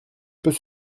peut